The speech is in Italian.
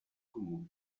comune